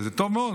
וזה טוב מאוד,